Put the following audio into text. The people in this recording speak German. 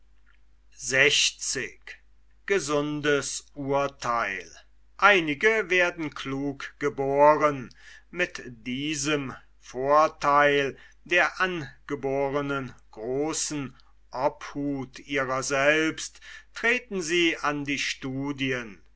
gesundes urtheil einige werden klug geboren mit diesem vortheil der angeborenen großen obhut ihrer selbst treten sie an die studien